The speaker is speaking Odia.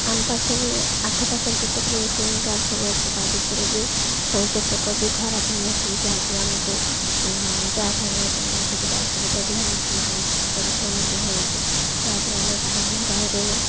ଆମ ପାଖରେ ଆଖପାଖରେ ଯେତକ ବି ଏ ଟି ଏମ୍ କାର୍ଡ଼ ସବୁ ଅଛି ତା ଭିତରୁ ବି କେତେକ ବି ଖରାପ ହେଇଅଛି ଯାହାକି ଆମକୁ କ୍ୟାସ୍ ଆଣିବା ପାଇଁ ସୁବିଧା ଅସୁବିଧା ବି ହେଉଛି ବହୁତ ପରିଶ୍ରମ ବି ହେଉଛି ଯାହାଫଳରେ ଆମେ ପାଇ ହିଁ ପାରୁନୁ